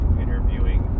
interviewing